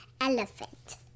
elephant